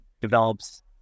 develops